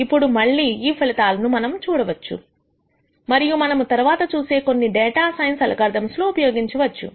ఇప్పుడు మళ్లీ ఈ ఫలితాలు మనము చూడవచ్చు మరియు మనము తరువాత చూసే కొన్ని డేటా సైన్స్ అల్గోరిథమ్స్ లో ఉపయోగించవచ్చు